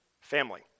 family